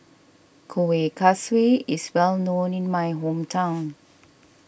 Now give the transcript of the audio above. Kuih Kaswi is well known in my hometown